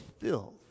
filth